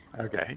Okay